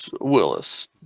Willis